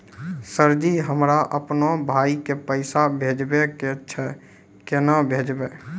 Sir ji हमरा अपनो भाई के पैसा भेजबे के छै, केना भेजबे?